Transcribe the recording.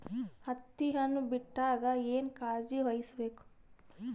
ಹತ್ತಿ ಹಣ್ಣು ಬಿಟ್ಟಾಗ ಏನ ಕಾಳಜಿ ವಹಿಸ ಬೇಕು?